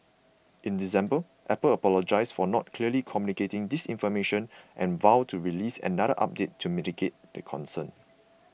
in December Apple apologised for not clearly communicating this information and vowed to release another update to mitigate the concern